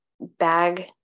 bag